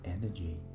energy